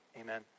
Amen